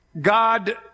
God